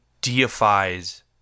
deifies